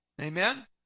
Amen